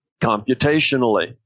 computationally